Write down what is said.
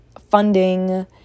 funding